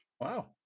Wow